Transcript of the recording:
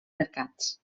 mercats